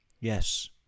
yes